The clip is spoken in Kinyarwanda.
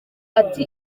ati